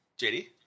JD